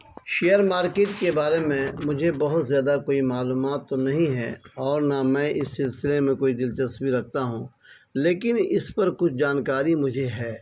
share market کے بارے میں مجھے بہت زیادہ کوئی معلومات تو نہیں ہے اور نہ میں اس سلسلے میں کوئی دلچسپی رکھتا ہوں لیکن اس پر کچھ جانکاری مجھے ہے